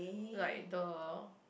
like thou